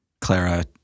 Clara